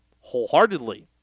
wholeheartedly